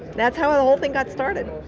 that's how the whole thing got started.